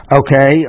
okay